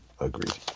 Agreed